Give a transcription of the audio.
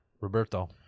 Roberto